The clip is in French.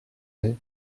lait